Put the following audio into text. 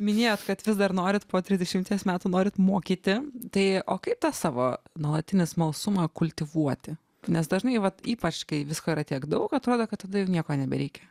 minėjot kad vis dar norit po trisdešimties metų norit mokyti tai o kaip tą savo nuolatinį smalsumą kultivuoti nes dažnai vat ypač kai visko yra tiek daug atrodo kad tada jau nieko nebereikia